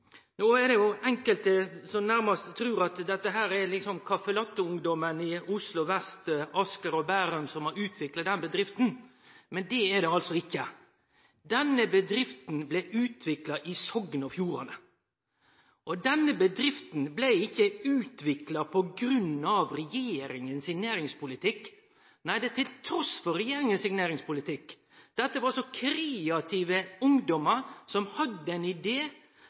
No er det enkelte som nærmast trur at det er kaffe latte-ungdomen i Oslo vest, Asker og Bærum som har utvikla den bedrifta, men det er det altså ikkje. Denne bedrifta blei utvikla i Sogn og Fjordane. Og denne bedrifta blei ikkje utvikla på grunn av regjeringa sin næringspolitikk, nei, det skjedde trass i regjeringa sin næringspolitikk. Dette var kreativ ungdom som hadde ein